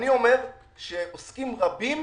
אני אומר שעוסקים רבים